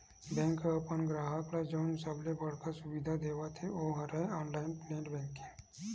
bank ह अपन गराहक ल जउन सबले बड़का सुबिधा देवत हे ओ हरय ऑनलाईन नेट बेंकिंग के